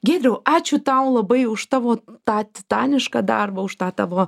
giedriau ačiū tau labai už tavo tą titanišką darbą už tą tavo